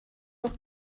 noch